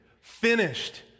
finished